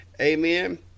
Amen